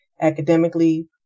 academically